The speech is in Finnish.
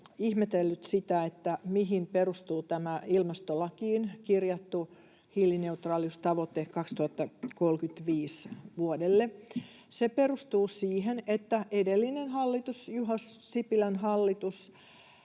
ihmetellyt, mihin perustuu tämä ilmastolakiin kirjattu hiilineutraaliustavoite vuodelle 2035. Se perustuu siihen, että edellinen hallitus, Juha Sipilän hallitus